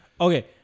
okay